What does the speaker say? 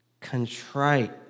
contrite